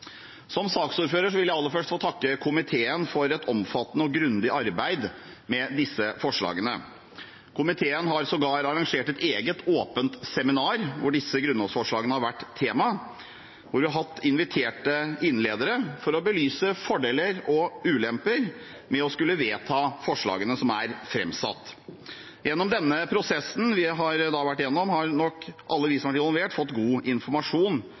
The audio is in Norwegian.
Som saksordfører vil jeg aller først få takke komiteen for et omfattende og grundig arbeid med disse forslagene. Komiteen har sågar arrangert et eget åpent seminar hvor disse grunnlovsforslagene har vært tema, og hvor vi har hatt inviterte innledere for å belyse fordeler og ulemper med å skulle vedta forslagene som er framsatt. Gjennom denne prosessen har nok alle vi som har vært involvert, fått god informasjon